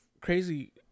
crazy